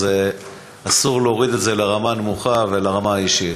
אסור להוריד את זה לרמה הנמוכה ולרמה האישית.